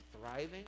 thriving